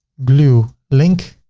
blue link,